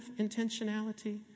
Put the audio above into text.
intentionality